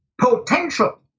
potential